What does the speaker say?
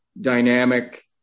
dynamic